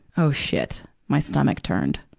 oh, shit. my stomach turned.